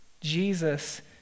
Jesus